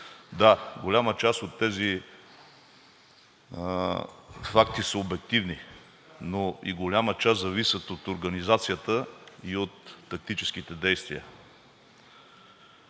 Да, голяма част от тези факти са обективни, но и голяма част зависят от организацията и от тактическите действия.